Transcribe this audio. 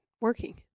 working